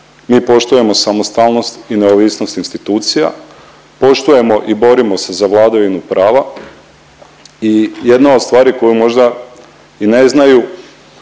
Mi poštujemo samostalnost i neovisnost institucija, poštujemo i borimo se za vladavinu prava i jedna od stvari koju možda i ne znaju,